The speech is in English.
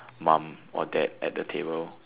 mom or dad at the table